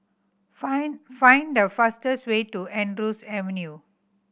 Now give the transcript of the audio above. find find the fastest way to Andrews Avenue